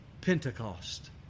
Pentecost